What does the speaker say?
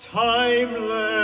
timeless